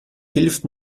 hilft